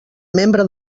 membre